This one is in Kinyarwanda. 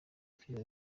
kwiba